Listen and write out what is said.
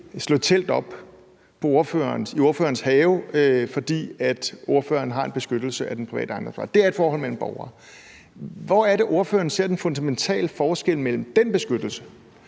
slå telt op i ordførerens have, fordi ordføreren har en beskyttelse af den private ejendomsret. Det er et forhold mellem borgere. Hvor er det, ordføreren ser en fundamental forskel mellem den beskyttelse